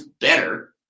better